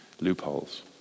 loopholes